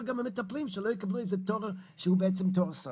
גם המטפלים שלא יקבלו איזה תואר שהוא בעצם תואר סרק.